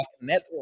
Network